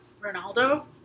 Ronaldo